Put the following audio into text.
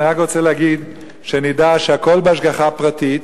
אני רק רוצה להגיד שנדע שהכול בהשגחה פרטית.